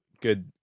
good